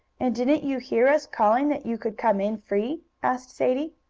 and didn't you hear us calling that you could come in free? asked sadie.